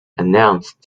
announced